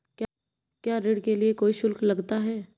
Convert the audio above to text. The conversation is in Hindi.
क्या ऋण के लिए कोई शुल्क लगता है?